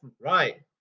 Right